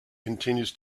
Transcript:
continues